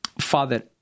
Father